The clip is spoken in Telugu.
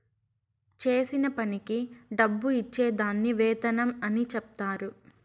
చేసిన పనికి డబ్బు ఇచ్చే దాన్ని వేతనం అని చెప్తారు